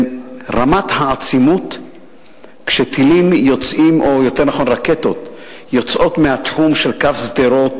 רמת העצימות של השיח כשרקטות יוצאות מהתחום של קו שדרות